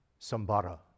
Sambara